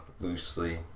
loosely